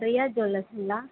Riya ஜுவல்லர்ஸுங்களா